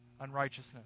unrighteousness